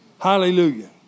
Hallelujah